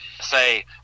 say